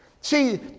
See